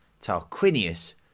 Tarquinius